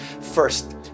First